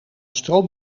stroom